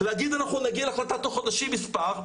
להגיד 'אנחנו נגיע להחלטה תוך חודשים מספר'